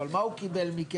אבל מה הוא קיבל מכם?